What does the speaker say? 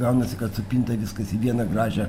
gaunasi kad supinta viskas į vieną gražią